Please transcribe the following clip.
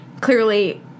clearly